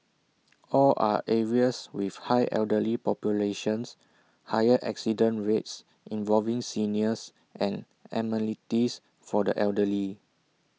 all are areas with high elderly populations higher accident rates involving seniors and amenities for the elderly